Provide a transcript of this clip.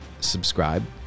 subscribe